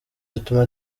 zituma